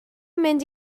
mynd